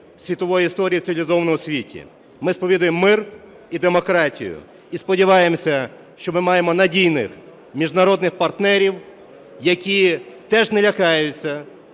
світової історії в цивілізованому світі. Ми сповідуємо мир і демократію і сподіваємося, що ми маємо надійних міжнародних партнерів, які теж не лякаються